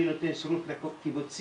אני נותן שירות לקיבוצים,